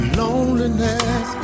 loneliness